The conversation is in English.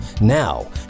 Now